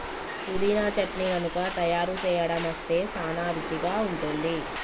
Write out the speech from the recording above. పుదీనా చట్నీ గనుక తయారు సేయడం అస్తే సానా రుచిగా ఉంటుంది